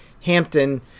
Hampton